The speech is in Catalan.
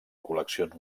col·leccions